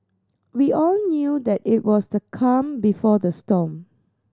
we all knew that it was the calm before the storm